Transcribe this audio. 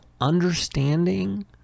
understanding